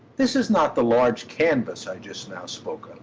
this is not the large canvas i just now spoke of,